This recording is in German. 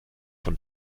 von